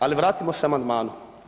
Ali vratimo se amandmanu.